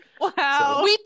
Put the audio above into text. Wow